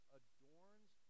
adorns